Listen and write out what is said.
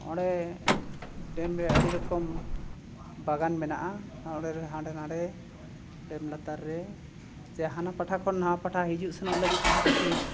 ᱚᱸᱰᱮ ᱰᱮᱢ ᱨᱮ ᱟᱹᱰᱤ ᱨᱚᱠᱚᱢ ᱵᱟᱜᱟᱱ ᱢᱮᱱᱟᱜᱼᱟ ᱚᱸᱰᱮ ᱦᱟᱸᱰᱮ ᱱᱟᱸᱰᱮ ᱰᱮᱢ ᱞᱟᱛᱟᱨ ᱨᱮ ᱥᱮ ᱦᱟᱱᱟ ᱯᱟᱦᱴᱟ ᱠᱷᱚᱱ ᱱᱚᱣᱟ ᱯᱟᱦᱴᱟ ᱦᱤᱡᱩᱜ ᱥᱮᱱᱚᱜ ᱞᱟᱹᱜᱤᱫ ᱛᱮᱦᱚᱸ ᱠᱤᱪᱷᱩ